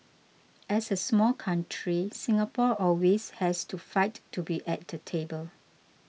as a small country Singapore always has to fight to be at the table